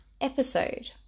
episode